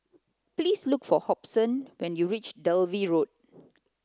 please look for Hobson when you reach Dalvey Road